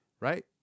Right